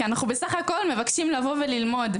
כי אנחנו בסך הכל מבקשים לבוא וללמוד,